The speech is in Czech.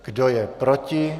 Kdo je proti?